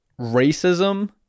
racism